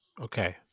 Okay